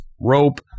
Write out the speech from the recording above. rope